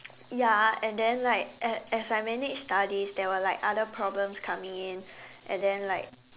ya and then like as as I manage studies there were like other problems coming in and then like